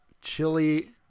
chili